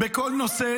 בכל נושא